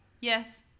yes